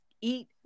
eat